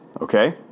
okay